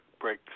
break